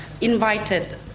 invited